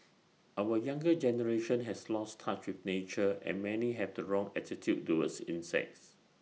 our younger generation has lost touch with nature and many have the wrong attitude towards insects